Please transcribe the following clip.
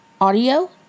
audio